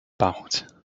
about